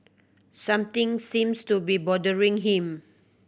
something seems to be bothering him